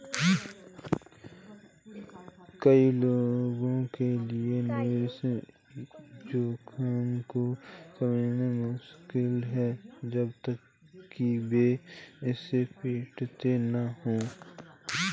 कई लोगों के लिए निवेश जोखिम को समझना मुश्किल है जब तक कि वे इससे पीड़ित न हों